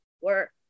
work